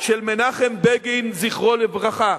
של מנחם בגין, זיכרונו לברכה.